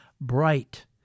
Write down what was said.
bright